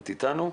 את אתנו?